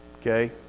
okay